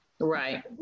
Right